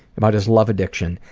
about his love addiction,